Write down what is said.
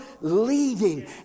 leading